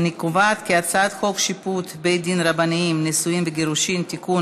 קובעת כי הצעת חוק שיפוט בתי דין רבניים (נישואין וגירושין) (תיקון,